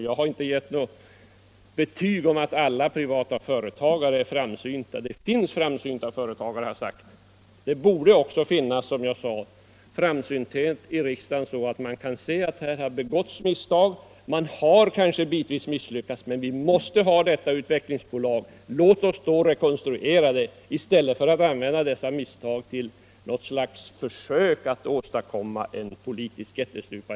Jag har inte heller givit det betyget att alla privata företagare är framsynta, utan jag har bara sagt att det finns framsynta sådana företagare. Det borde också i riksdagen finnas sådan framsynthet att man kan inse, att det visserligen har begåtts misstag och att företaget kanske bitvis har misslyckats men att staten måste ha detta utvecklingsbolag. Låt oss därför rekonstruera det i stället för att använda dessa misstag till något slags försök att åstadkomma en politisk ättestupa!